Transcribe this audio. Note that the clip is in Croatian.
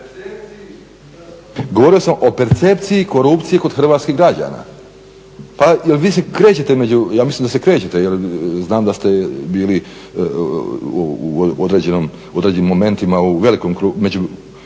govorio o percepciji korupcije kod hrvatskih građana, pa jel vi se krećete među, ja mislim da se krećete jer znam da ste bili u određenim momentima u velikom